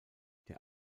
der